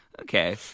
Okay